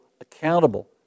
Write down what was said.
accountable